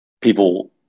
people